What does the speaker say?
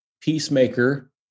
Peacemaker